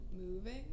moving